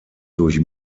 durch